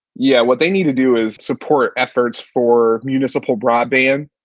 yeah. what they need to do is support efforts for municipal broadband.